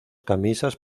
camisas